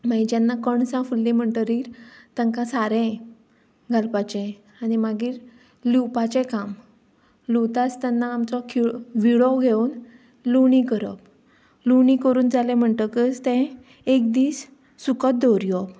मागीर जेन्ना कणसां फुललीं म्हणटरीर तांकां सारें घालपाचें आनी मागीर लुंवपाचें काम लुंवता आसतना आमचो खि विळो घेवन लुंवणी करप लुंवणी करून जाले म्हणटकच तें एक दीस सुकत दवरीवप